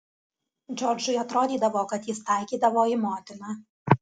džordžui atrodydavo kad jis taikydavo į motiną